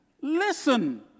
Listen